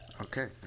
Okay